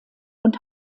und